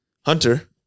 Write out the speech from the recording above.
Hunter